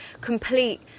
complete